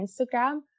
Instagram